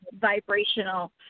vibrational